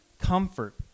comfort